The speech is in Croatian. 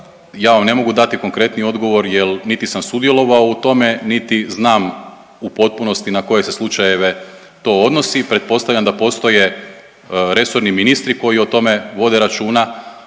ja vam ne mogu dati konkretniji odgovor, jer niti sam sudjelovao u tome niti znam u potpunosti na koje se slučajeve to odnosi. Pretpostavljam da postoje resorni ministri koji o tome vode računa.